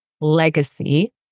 Legacy